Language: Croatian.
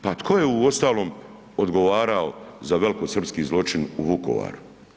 Pa tko je uostalom odgovarao za veliko srpski zločin u Vukovaru?